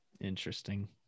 Interesting